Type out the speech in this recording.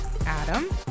Adam